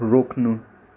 रोक्नु